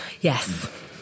Yes